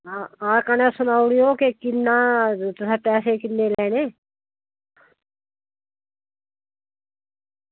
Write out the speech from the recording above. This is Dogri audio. आं ते कन्नै सनाई ओड़ेओ की तुसें पैसे किन्ने लैने